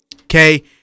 Okay